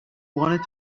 wanted